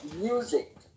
music